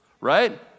right